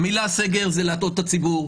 המילה סגר זה להטעות את הציבור.